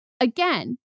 Again